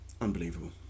unbelievable